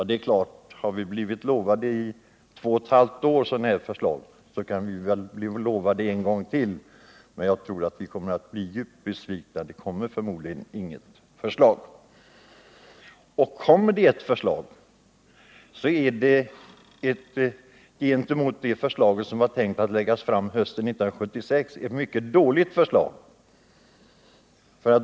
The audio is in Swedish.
Det är klart att om vi i två och ett halvt år har blivit lovade ett sådant här förslag, så kan vi väl bli lovade det en gång till. Men jag tror att vi kommer att bli djupt besvikna — det kommer förmodligen inget förslag. Och om det kommer ett förslag, så är det gentemot det förslag som var tänkt att läggas fram hösten 1976 ett mycket dåligt förslag.